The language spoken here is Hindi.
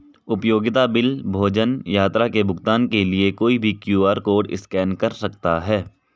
उपयोगिता बिल, भोजन, यात्रा के भुगतान के लिए कोई भी क्यू.आर कोड स्कैन कर सकता है